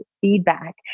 feedback